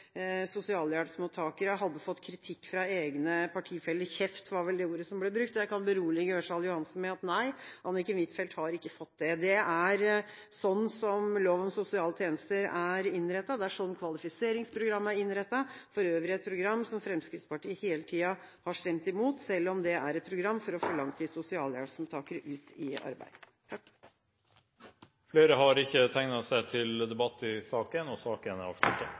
sosialhjelpsmottakere hadde fått kritikk fra egne partifeller – «kjeft» var vel det ordet som ble brukt. Jeg kan berolige Ørsal Johansen: Nei, Anniken Huitfeldt har ikke fått det. Det er sånn lov om sosiale tjenester er innrettet, og det er sånn kvalifiseringsprogrammet er innrettet – for øvrig et program som Fremskrittspartiet hele tiden har stemt imot, selv om det er et program for å få langtids sosialhjelpsmottakere ut i arbeid. Flere har ikke bedt om ordet til sak nr. 1. Etter ønske fra kommunal- og